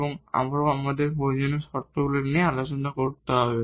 এবং আবার আমাদের এই প্রয়োজনীয় শর্তগুলি নিয়ে আলোচনা করতে হবে